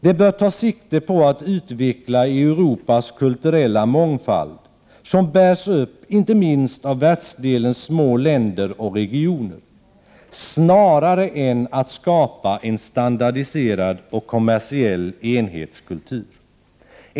Det bör ta sikte på att snarare utveckla Europas kulturella mångfald, som bärs upp inte minst av världsdelens små länder och regioner, än på att skapa en standardiserad och kommersiell enhetskultur.